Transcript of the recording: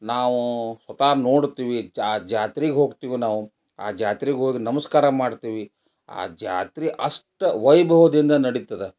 ನಾವು ಸ್ವತಃ ನೋಡ್ತೀವಿ ಜಾತ್ರಿಗೆ ಹೋಗ್ತೀವಿ ನಾವು ಆ ಜಾತ್ರಿಗೆ ಹೋಗಿ ನಮಸ್ಕಾರ ಮಾಡ್ತೀವಿ ಆ ಜಾತ್ರೆ ಅಷ್ಟು ವೈಭವದಿಂದ ನಡೀತದೆ